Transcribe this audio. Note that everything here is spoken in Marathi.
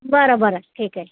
बरं बरं ठीक आहे